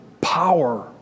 power